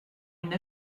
une